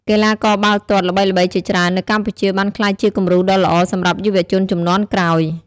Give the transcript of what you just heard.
កីឡាករបាល់ទាត់ល្បីៗជាច្រើននៅកម្ពុជាបានក្លាយជាគំរូដ៏ល្អសម្រាប់យុវជនជំនាន់ក្រោយ។